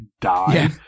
die